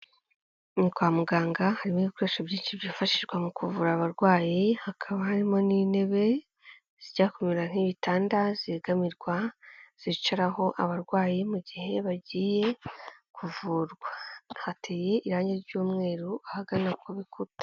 Ni kwa muganga, harimo ibikoresho byinshi byifashishwa mu kuvura abarwayi, hakaba harimo n'intebe zijya kumera nk'ibitanda, zigamirwa, zicaraho abarwayi mu gihe bagiye kuvurwa, hateye irangi ry'umweru ahagana ku bikuta.